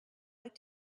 like